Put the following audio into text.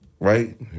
right